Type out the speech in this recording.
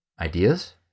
ideas